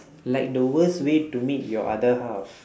like the worst way to meet your other half